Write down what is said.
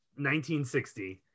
1960